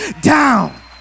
down